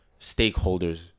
stakeholders